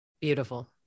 Beautiful